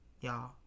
y'all